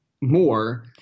more